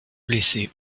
blessé